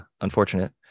unfortunate